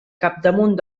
capdamunt